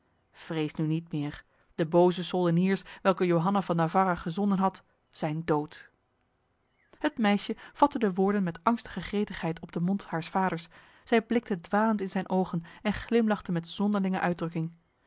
vrees nu niet meer de boze soldeniers welke johanna van navarra gezonden had zijn dood het meisje vatte de woorden met angstige gretigheid op de mond haars vaders zij blikte dwalend in zijn ogen en glimlachte met zonderlinge uitdrukking